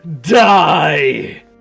Die